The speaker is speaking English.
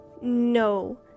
No